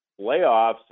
layoffs